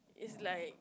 it's like